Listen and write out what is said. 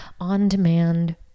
on-demand